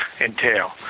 entail